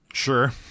Sure